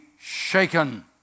shaken